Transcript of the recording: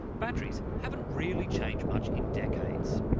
batteries haven't really changed much in decades.